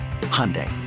Hyundai